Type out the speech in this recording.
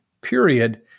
period